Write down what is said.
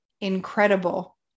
incredible